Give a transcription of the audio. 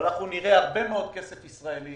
אבל בימים האלה נראה הרבה מאוד כסף ישראלי